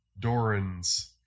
Dorans